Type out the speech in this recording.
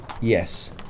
Yes